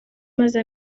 umaze